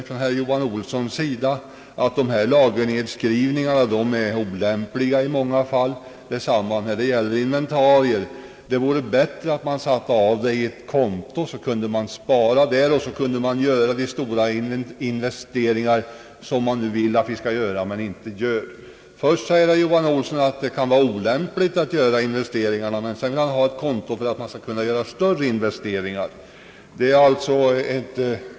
Herr Johan Olsson säger att dessa nedskrivningar av inventarier och varulager är olämpliga i många fall och att det vore bätire att göra avsättning på ett konto så att man därigenom kunde göra besparingar och göra de stora investeringar som det är önskvärt att man skall göra men som nu inte kan ske. Först säger herr Johan Olsson att det kan vara olämpligt att göra investeringar, och sedan säger han att han vill ha ett konto för att man skall kunna göra större investeringar.